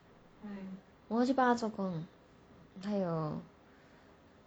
我要去帮他作工他有